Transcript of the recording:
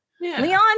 Leon